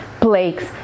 plagues